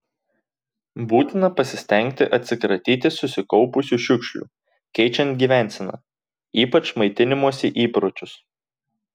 būtina pasistengti atsikratyti susikaupusių šiukšlių keičiant gyvenseną ypač maitinimosi įpročius